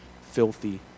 filthy